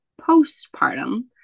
postpartum